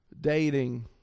dating